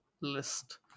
list